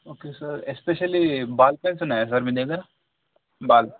okay sir especially ball pens ఉన్నాయా sir మీ దగర బాల్